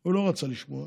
הוא לא רצה לשמוע.